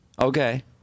okay